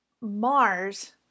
Mars